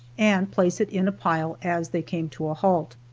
and place it in a pile as they came to a halt.